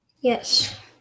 Yes